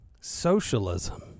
socialism